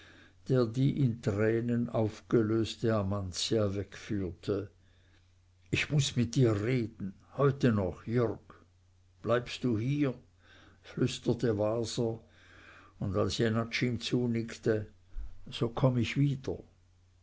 der die in tränen aufgelöste amantia wegführte ich muß mit dir reden heute noch jürg bleibst du hier flüsterte waser und als jenatsch ihm leicht zunickte so komm ich wieder